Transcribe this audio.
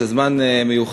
זה זמן מיוחד,